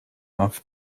off